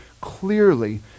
clearly